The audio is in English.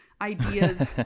ideas